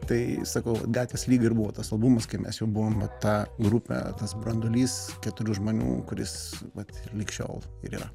tai sakau gatvės lyga ir buvo tas albumas kai mes jau buvome ta grupė tas branduolys keturių žmonių kuris vat lig šiol ir yra